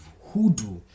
hoodoo